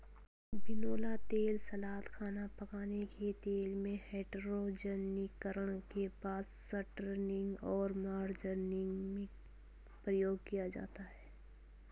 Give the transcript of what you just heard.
बिनौला तेल सलाद, खाना पकाने के तेल में, हाइड्रोजनीकरण के बाद शॉर्टनिंग और मार्जरीन में प्रयोग किया जाता है